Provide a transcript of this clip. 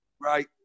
Right